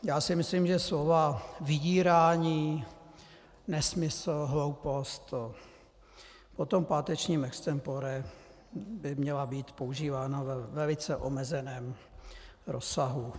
Já si myslím, že slova vydírání, nesmysl, hloupost po tom pátečním extempore by měla být používána ve velice omezeném rozsahu.